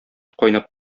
кайнап